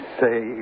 say